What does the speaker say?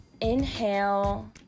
inhale